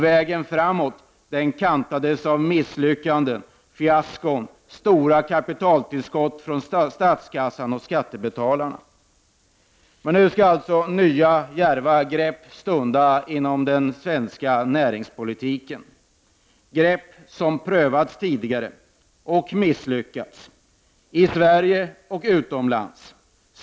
Vägen kantades av misslyckanden, fiaskon och stora kapitaltillskott från statskassan och skattebetalarna. Men nu stundar nya djärva grepp inom den svenska näringspolitiken, grepp som prövats tidigare och misslyckats, i Sverige och utomlands.